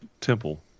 temple